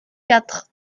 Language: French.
quatre